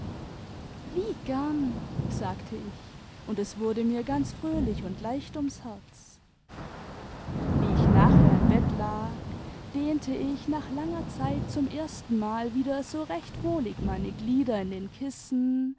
wie gern sagte ich und es wurde mir ganz fröhlich und leicht ums herz wie ich nachher im bett lag dehnte ich nach langer zeit zum erstenmal wieder so recht wohlig meine glieder in den kissen